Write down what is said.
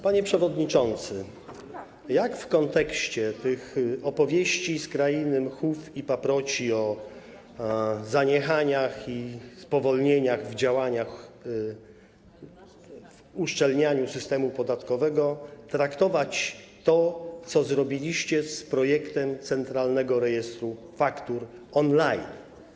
Panie przewodniczący, jak w kontekście tych opowieści z krainy mchu i paproci o zaniechaniach i spowolnieniach w działaniach w zakresie uszczelnianiu systemu podatkowego traktować to, co zrobiliście z projektem dotyczącym centralnego rejestru faktur on-line?